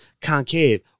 Concave